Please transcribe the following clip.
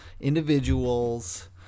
individuals